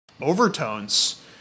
overtones